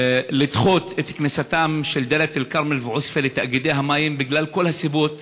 לדחות את כניסתן של דאלית אל-כרמל ועוספיא לתאגידי המים בגלל כל הסיבות